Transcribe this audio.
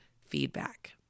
feedback